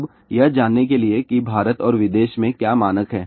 अब यह जानने के लिए कि भारत और विदेश में क्या मानक हैं